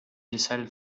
decided